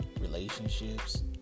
relationships